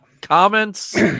comments